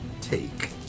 take